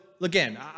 again